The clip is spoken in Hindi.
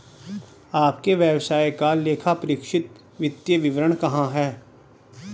आपके व्यवसाय का लेखापरीक्षित वित्तीय विवरण कहाँ है?